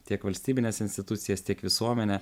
tiek valstybines institucijas tiek visuomenę